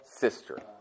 sister